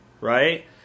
right